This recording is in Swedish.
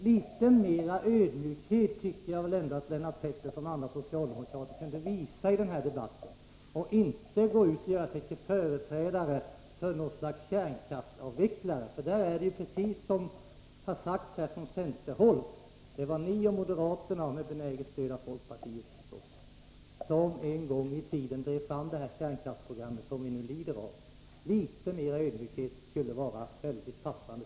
Litet mer ödmjukhet tycker jag ändå att Lennart Pettersson och andra socialdemokrater kunde visa i denna debatt i stället för att göra sig till företrädare för någon slags kärnkraftsavveckling. Såsom har sagts här från centerhåll var det ni och moderaterna som med benäget stöd av folkpartiet en gång i tiden drev fram det kärnkraftsprogram som vi nu lider av. Litet mer ödmjukhet vore väldigt passande.